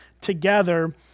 together